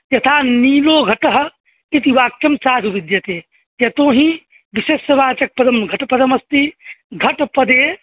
यथा नीलो घटः इति वाक्यं साधुः विद्यते यतोऽहि विशेषवाचकपदं घट पदमस्ति घट पदे